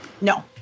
no